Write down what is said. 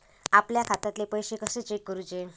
आपल्या खात्यातले पैसे कशे चेक करुचे?